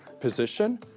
position